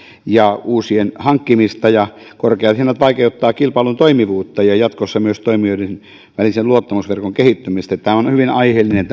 ja uusien hankkimista ja korkeat hinnat vaikeuttavat kilpailun toimivuutta ja jatkossa myös toimijoiden välisen luottamusverkon kehittymistä tämä laki on hyvin aiheellinen